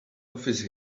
office